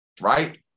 Right